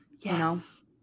Yes